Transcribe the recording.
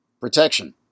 Protection